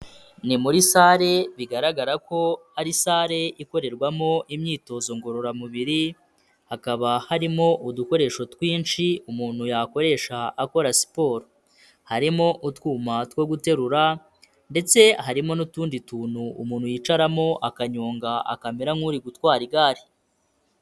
Ni muri sale bigaragara ko ari sale ikorerwamo imyitozo ngororamubiri, hakaba harimo udukoresho twinshi umuntu yakoresha akora siporo, harimo utwuma two guterura ndetse harimo n'utundi tuntu umuntu yicaramo akanyonga akamera nk'uri gutwara igare.